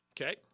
Okay